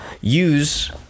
use